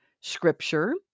scripture